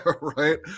Right